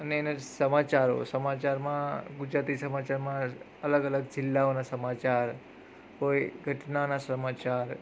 અને એણે સમાચારો સમાચારમાં ગુજરાતી સમાચારમાં અલગ અલગ જિલ્લાઓના સમાચાર હોય ઘટનાના સમાચાર